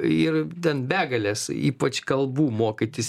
ir ten begalės ypač kalbų mokytis